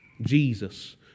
Jesus